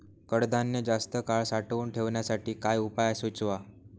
कडधान्य जास्त काळ साठवून ठेवण्यासाठी काही उपाय सुचवा?